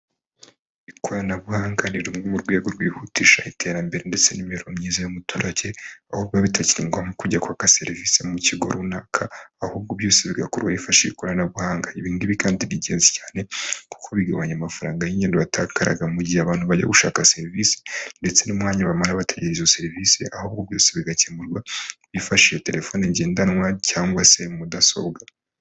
Ikoranabuhanga ni rimwe mu rwego rwihutisha iterambere ndetse n'imibereho myiza y'umuturage ahubwo bitakiri ngombwa kujya kwaka serivisi mu kigo runaka ahubwo byose bigakorwa hifashashi ikoranabuhanga ibingibi kandi ningenzi cyane kuko bigabanya amafaranga y'ingendo batakaraga mu gihe abantu bajya gushaka serivisi ndetse n'umwanya bamara ba izo serivisi ahubwo byose bigakemurwa hifashishije telefoni ngendanwa cyangwa se mudasobwa.